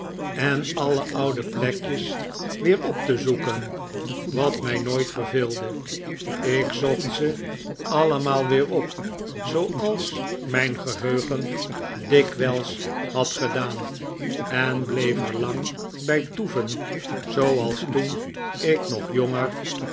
en alle oude plekjes weer op te zoeken wat mij nooit verveelde ik zocht ze allemaal weer op zooals mijn geheugen dikwijls had gedaan en bleef er lang bij toeven zooals toen ik nog jonger